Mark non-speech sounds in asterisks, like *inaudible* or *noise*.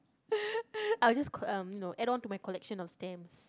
*laughs* I will just uh you know add on to my collection of stamps